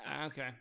Okay